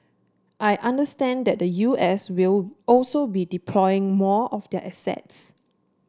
I understand that the U S will also be deploying more of their assets